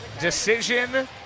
decision